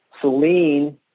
Celine